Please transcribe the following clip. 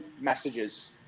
messages